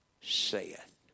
saith